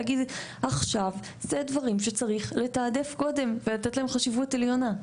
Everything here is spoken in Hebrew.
להגיד עכשיו זה דברים שצריך לתעדף קודם ולתת להם חשיבות עליונה.